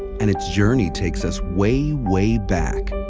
and its journey takes us way, way back,